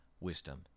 wisdom